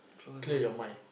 clear your mind